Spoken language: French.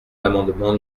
l’amendement